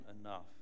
enough